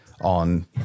on